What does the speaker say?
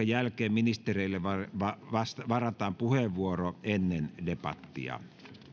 jälkeen ministereille varataan puheenvuoro ennen debattia